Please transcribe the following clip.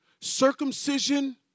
circumcision